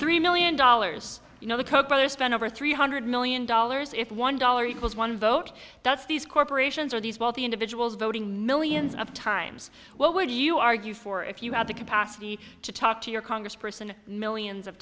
three million dollars you know the koch brothers spent over three hundred million dollars if one dollar equals one vote that's these corporations or these wealthy individuals voting millions of times what would you argue for if you had the capacity to talk to your congressperson millions of